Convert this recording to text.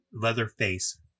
Leatherface